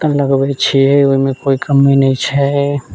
तऽ लगबै छियै ओइमे कोइ कमी नहि छै